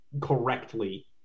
correctly